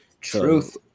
Truth